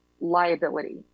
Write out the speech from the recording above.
liability